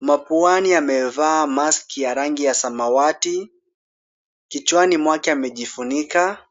Mapuani amevaa mask ya rangi ya samawati. Kichwani mwake amejifunika.